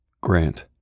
Grant